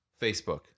Facebook